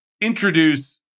introduce